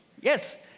Yes